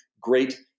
great